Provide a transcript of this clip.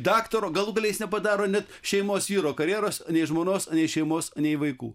daktaro galų gale jis nepadaro net šeimos vyro karjeros nei žmonos nei šeimos nei vaikų